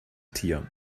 tier